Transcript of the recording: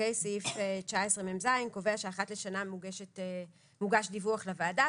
סעיף 19מז קובע שאחת לשנה מוגש דיווח לוועדה,